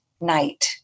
night